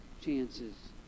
chances